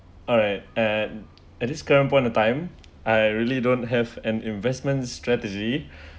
alright at at this current point of time I really don't have an investment strategy